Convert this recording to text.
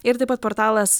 ir taip pat portalas